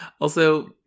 Also-